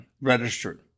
registered